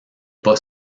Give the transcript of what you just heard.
pas